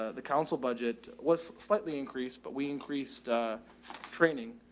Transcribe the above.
ah the council budget, what's slightly increased, but we increased a training,